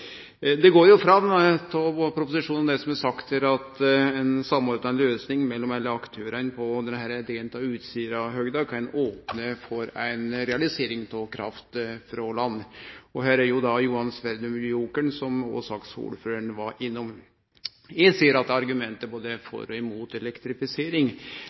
Det går fram både av proposisjonen og det som er sagt her, at ei samordna løysing mellom alle aktørane på denne delen av Utsirahøgda kan opne for ei realisering av kraft frå land. Her er Johan Sverdrup-feltet jokeren, som òg saksordføraren var innom. Eg ser at det er argument både for og mot elektrifisering,